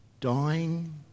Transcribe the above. dying